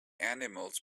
animals